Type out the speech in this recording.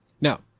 Now